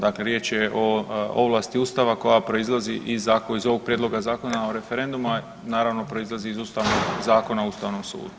Dakle, riječ je o ovlasti Ustava koja proizlazi iz ovog Prijedloga zakona o referendumu, a naravno proizlazi iz Ustavnog zakona o Ustavnom sudu.